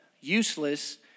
useless